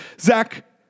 Zach